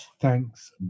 Thanks